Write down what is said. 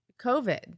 COVID